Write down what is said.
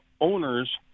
owners